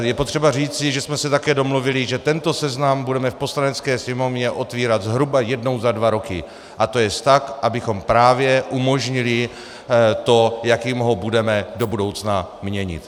Je potřeba říci, že jsme se také domluvili, že tento seznam budeme v Poslanecké sněmovně otevírat zhruba jednou za dva roky, tj. tak, abychom právě umožnili to, jakým ho budeme do budoucna měnit.